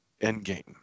Endgame